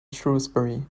shrewsbury